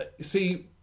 See